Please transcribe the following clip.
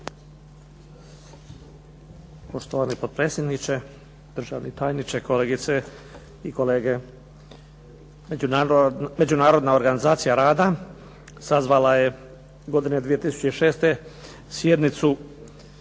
Poštovani potpredsjedniče, državni tajniče, kolegice i kolege. Međunarodna organizacija rada sazvala je godine 2006. sjednice